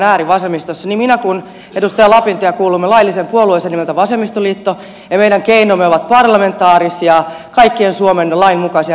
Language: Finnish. niin minä kuin edustaja lapintie kuulumme lailliseen puolueeseen nimeltä vasemmistoliitto ja meidän keinomme ovat parlamentaarisia kaikkien suomen lakien mukaisia